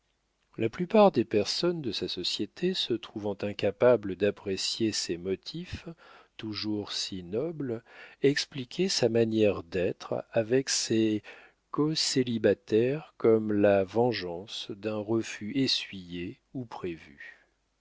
la plupart des personnes de sa société se trouvant incapables d'apprécier ses motifs toujours si nobles expliquaient sa manière d'être avec ses cocélibataires comme la vengeance d'un refus essuyé ou prévu